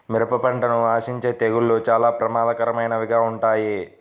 మిరప పంటను ఆశించే తెగుళ్ళు చాలా ప్రమాదకరమైనవిగా ఉంటాయి